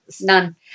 None